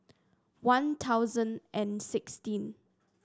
One Thousand and sixteen